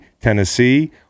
Tennessee